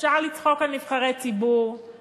אפשר לצחוק על נבחרי ציבור,